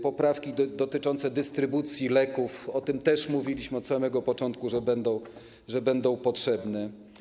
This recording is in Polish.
Poprawki dotyczące dystrybucji leków - o tym też mówiliśmy od samego początku, że będą potrzebne.